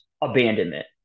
abandonment